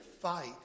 fight